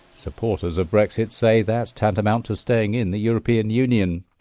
supporters of brexit say that's tantamount to staying in the european union.